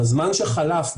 בזמן שחלף,